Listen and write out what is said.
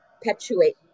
perpetuate